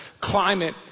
climate